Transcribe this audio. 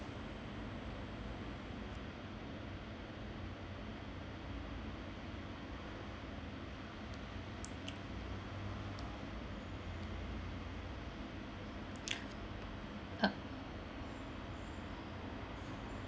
uh